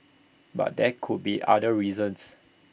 but there could be other reasons